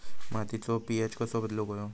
मातीचो पी.एच कसो बदलुक होयो?